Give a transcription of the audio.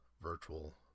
virtual